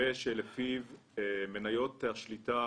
- מתווה שלפיו מניות השליטה